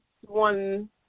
one